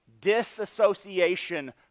disassociation